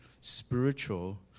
spiritual